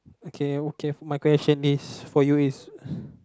okay okay my question is for you is